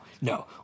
no